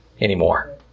anymore